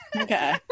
Okay